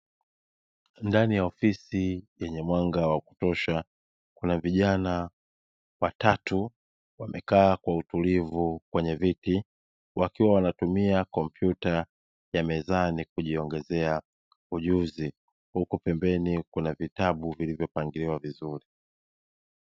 Ndani ya ofisi yenye mwanga wa kutosha, kuna vijana watatu wamekaa kwa utulivu kwenye viti, wakiwa wanatumia kompyuta ya mezani kujiongezea ujuzi, huku pembeni kuna vitabu vilivyopangiliwa vizuri.